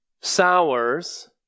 sours